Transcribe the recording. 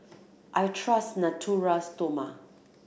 I trust Natura Stoma